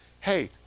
hey